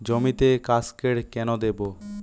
জমিতে কাসকেড কেন দেবো?